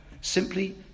Simply